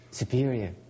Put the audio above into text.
superior